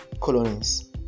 colonies